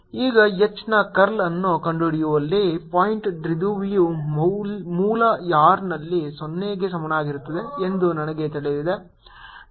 M0 ಈಗ H ನ curl ಅನ್ನು ಕಂಡುಹಿಡಿಯುವಲ್ಲಿ ಪಾಯಿಂಟ್ ದ್ವಿಧ್ರುವಿಯು ಮೂಲ r ನಲ್ಲಿ 0 ಗೆ ಸಮಾನವಾಗಿರುತ್ತದೆ ಎಂದು ನಮಗೆ ತಿಳಿದಿದೆ